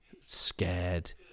scared